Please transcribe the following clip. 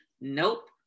nope